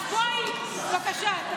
אז בואי, בבקשה.